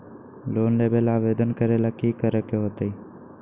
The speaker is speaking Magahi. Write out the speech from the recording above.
लोन लेबे ला आवेदन करे ला कि करे के होतइ?